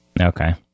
Okay